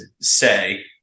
say